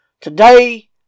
Today